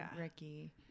Ricky